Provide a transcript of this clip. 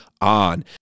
on